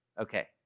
Okay